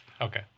Okay